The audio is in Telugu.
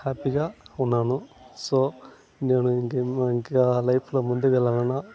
హ్యాప్పీగా ఉన్నాను సో నేను ఇంక ఇంక లైఫ్లో ముందుకి వెళ్ళాలన్నా